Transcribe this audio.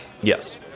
Yes